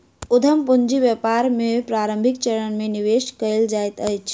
उद्यम पूंजी व्यापार के प्रारंभिक चरण में निवेश कयल जाइत अछि